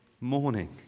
morning